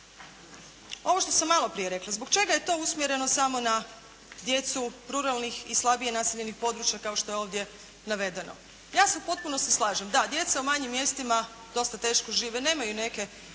ovo što sam malo prije rekla, zbog čega je to usmjereno samo na djecu ruralnih i slabije naseljenih područja, kao što je ovdje navedeno? Jasno, potpuno se slažem. Da, djeca u manjim mjestima dosta teško žive. Nemaju neke